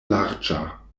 larĝa